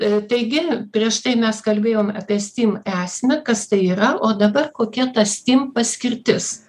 i taigi prieš tai mes kalbėjom apie stim esmę kas tai yra o dabar kokia ta stim paskirtis